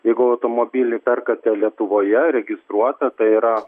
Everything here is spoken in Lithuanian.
jeigu automobilį perkate lietuvoje registruotą tai yra